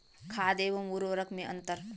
खाद एवं उर्वरक में अंतर?